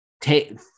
take